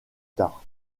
tard